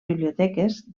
biblioteques